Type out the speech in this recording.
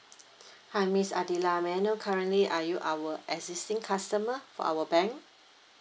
hi miss adilah may I know currently are you our existing customer for our bank